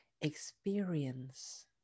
Experience